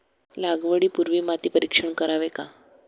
लागवडी पूर्वी माती परीक्षण करावे का?